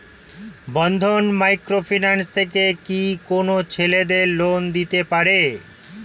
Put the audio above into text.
বন্ধন micro finance থেকে কি কোন ছেলেদের লোন দিতে পারে?